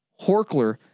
Horkler